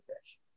fish